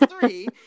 three